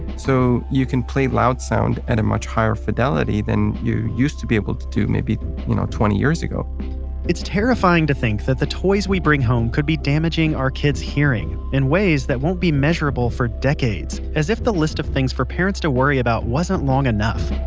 so you can play loud sound at a much higher fidelity than you used to be able to do maybe you know twenty years ago it's terrifying to think that the toys we bring home could be damaging our kids' hearing in ways that won't be measurable for decades. as if the list of things for parents to worry about wasn't long enough